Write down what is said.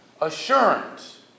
assurance